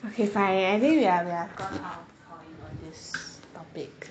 okay fine I think we are we are going out of topic on this topic